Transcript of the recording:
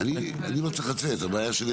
אה, אתה מדבר על ההערה שלהם?